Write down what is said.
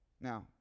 Now